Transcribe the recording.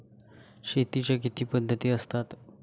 शेतीच्या किती पद्धती असतात?